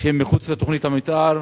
שהם מחוץ לתוכנית המיתאר.